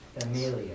Amelia